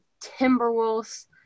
Timberwolves